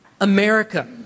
America